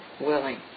willing